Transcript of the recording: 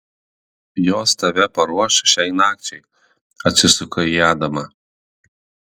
jos tave paruoš šiai nakčiai atsisuka į adamą